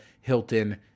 Hilton